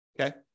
Okay